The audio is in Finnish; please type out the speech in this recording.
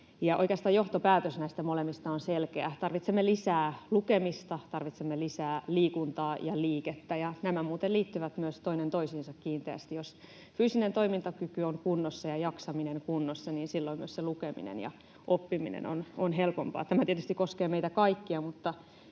Oikeastaan johtopäätös näistä molemmista on selkeä: tarvitsemme lisää lukemista, tarvitsemme lisää liikuntaa ja liikettä — ja nämä muuten liittyvät myös toinen toisiinsa kiinteästi. Jos fyysinen toimintakyky on kunnossa ja jaksaminen kunnossa, niin silloin myös lukeminen ja oppiminen on helpompaa. Tämä tietysti koskee meitä kaikkia,